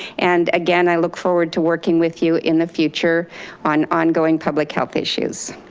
and again, i look forward to working with you in the future on ongoing public health issues.